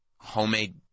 homemade